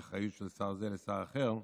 מאחריות של שר זה לשר אחר.